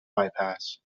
bypass